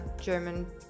German